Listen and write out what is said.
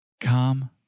Calm